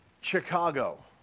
Chicago